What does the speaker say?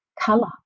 colour